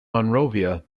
monrovia